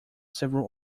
several